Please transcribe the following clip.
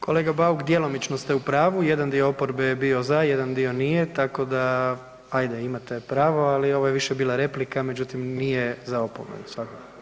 Kolega Bauk, djelomično ste u pravu, jedan dio oporbe je bio za, jedan dio nije, tako da, ajde, imate pravo, ali ovo je više bila replika, međutim, nije za opomenu svakako.